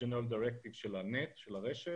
הג'נרל דירקטיב של הרשת